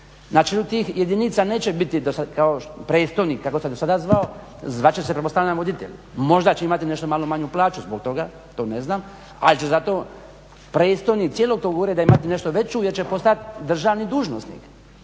čelu tih jedinica predstojnik kako se do sada zvao, zvat će se pretpostavljam voditelj. Možda će imati nešto malo manju plaću zbog toga, to ne znam, ali će zato predstojnik cijelog tog ureda imati nešto veću jer će postati državni dužnosnik.